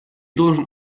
должен